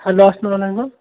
hello اَسَلام علیکُم